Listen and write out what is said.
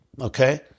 okay